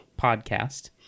podcast